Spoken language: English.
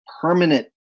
permanent